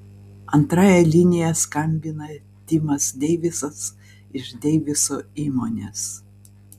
antrąja linija skambina timas deivisas iš deiviso įmonės